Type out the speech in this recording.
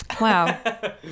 Wow